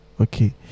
okay